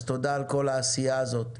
אז תודה על כל העשייה הזאת.